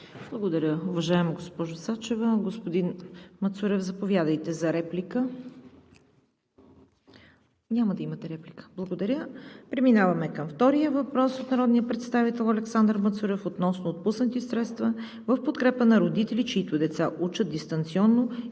Благодаря, уважаема госпожо Сачева. Господин Мацурев, заповядайте за реплика. Няма да имате реплика. Благодаря. Преминаваме към втория въпрос от народния представител Александър Мацурев относно отпуснати средства в подкрепа на родители, чиито деца учат дистанционно и нямат възможност